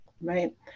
right